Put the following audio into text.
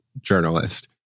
journalist